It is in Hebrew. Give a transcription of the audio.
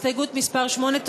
ונצביע על הסתייגות מס' 8,